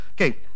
Okay